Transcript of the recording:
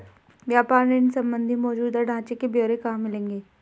व्यापार ऋण संबंधी मौजूदा ढांचे के ब्यौरे कहाँ मिलेंगे?